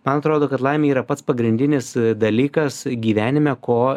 man atrodo kad laimė yra pats pagrindinis dalykas gyvenime ko